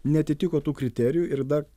neatitiko tų kriterijų ir dar